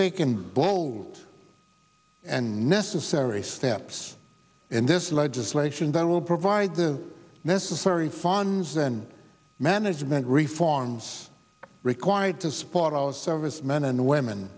fake and bold and necessary steps in this legislation that will provide the necessary funds and management reforms required to support our servicemen and women